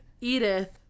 Edith